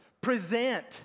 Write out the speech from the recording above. present